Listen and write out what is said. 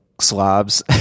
slobs